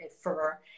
fur